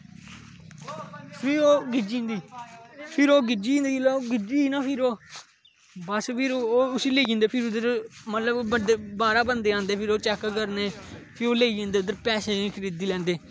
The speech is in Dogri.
फ्ही ओह् गिज्झी जंदी फिर ओह् गिज्झी जंदी जिसलै ओह् गिज्झी गेई ना फिर ओह् बस फिर ओह् उसी लेई जंदे फिर उद्धर मतलब बाहरा बंदे ंआंदे फिर ओह् चैक करदे फ्ही ओह् लेई जंदे उद्धर पैसे दी खरिदी लैंदे